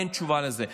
אין תשובה לזה.